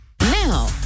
Now